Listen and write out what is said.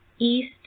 east